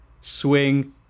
swing